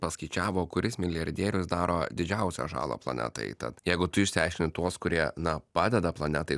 paskaičiavo kuris milijardierius daro didžiausią žalą planetai tad jeigu tu išsiaiškint tuos kurie na padeda planetai